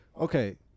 okay